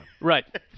Right